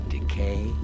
Decay